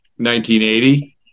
1980